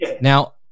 Now